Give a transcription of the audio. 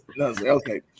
okay